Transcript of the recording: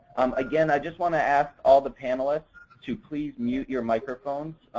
again, i just want to ask all the panelists to please mute your microphones.